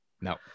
no